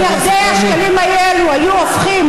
חברת הכנסת לוי.